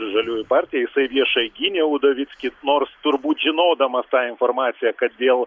žaliųjų partiją jisai viešai gynė udovickį nors turbūt žinodamas tą informaciją kad dėl